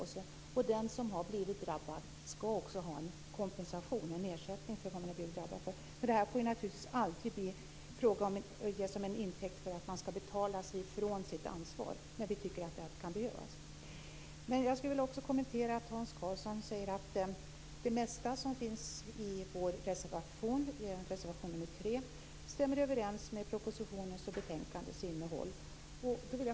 Vi tycker också att den som har blivit drabbad skall ha en kompensation, en ersättning för det man har blivit utsatt för. Det här får naturligtvis aldrig bli en fråga om att betala sig från sitt ansvar, men vi tycker ändå att det kan behövas. Jag skulle också vilja kommentera det Hans Karlsson säger om att det mesta i vår reservation, reservation 3, stämmer överens med propositionens och betänkandets innehåll.